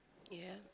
yeah